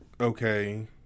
okay